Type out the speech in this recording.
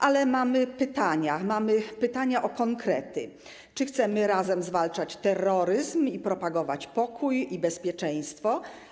Ale mamy pytania o konkrety: Czy chcemy razem zwalczać terroryzm i propagować pokój i bezpieczeństwo?